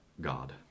God